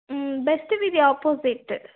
best వీధి opposite